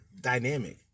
dynamic